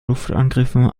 luftangriffen